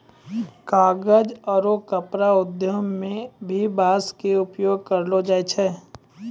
कागज आरो कपड़ा उद्योग मं भी बांस के उपयोग करलो जाय छै